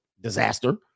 disaster